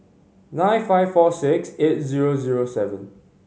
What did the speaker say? nine five four six eight zero zero seven